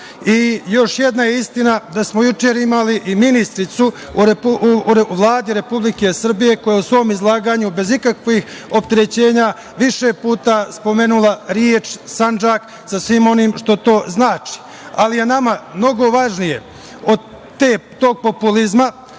i još jedna istina da smo juče imali i ministarku u Vladi Republike Srbije koja je u svom izlaganju, bez ikakvih opterećenja, više puta spomenula reč "Sandžak" sa svim onim što to znači, ali je nama mnogo važnije od tog populizma